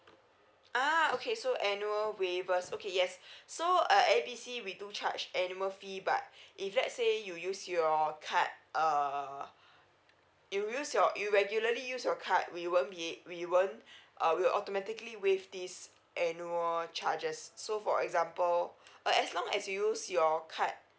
ah okay so annual waivers okay yes so uh A B C we do charge annual fee but if let's say you use your card uh you use your you regularly use your card we won't be we won't uh we'll automatically waive these annual charges so for example uh as long as you use your card